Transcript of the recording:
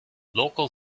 local